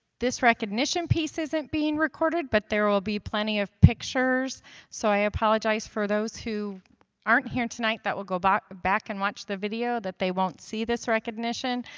this recognition piece isn't being recorded but there will be plenty of pictures so, i apologize for those who aren't here tonight that will go back back and watch the video they won't see this recognition,